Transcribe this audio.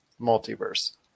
Multiverse